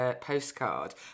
postcard